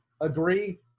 agree